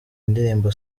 ndirimbo